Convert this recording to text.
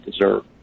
deserve